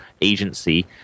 agency